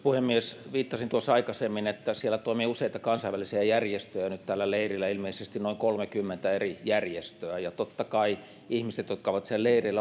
puhemies viittasin tuossa aikaisemmin että tällä leirillä toimii nyt useita kansainvälisiä järjestöjä ilmeisesti noin kolmekymmentä eri järjestöä ja totta kai ihmiset jotka ovat siellä leireillä